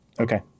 Okay